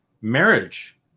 marriage